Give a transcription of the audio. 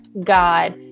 God